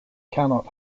cannot